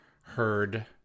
heard